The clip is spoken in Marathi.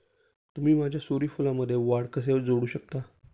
तुम्ही माझ्या सूर्यफूलमध्ये वाढ कसे जोडू शकता?